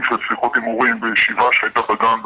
של שיחות עם הורים בישיבה שהייתה בגן,